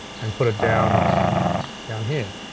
and put it down down here.